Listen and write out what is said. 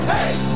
Hey